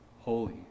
holy